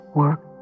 work